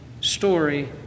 story